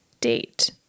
date